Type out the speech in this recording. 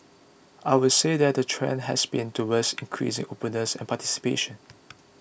I would say that the trend has been towards increasing openness and participation